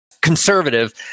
conservative